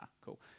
cool